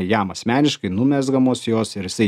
jam asmeniškai numezgamos jos ir jisai